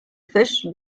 fish